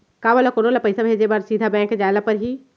का मोला कोनो ल पइसा भेजे बर सीधा बैंक जाय ला परही?